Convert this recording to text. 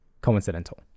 coincidental